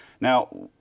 Now